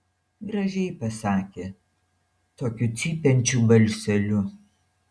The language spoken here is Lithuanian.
gražiai pasakė tokiu cypiančiu balseliu